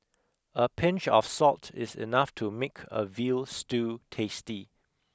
a pinch of salt is enough to make a veal stew tasty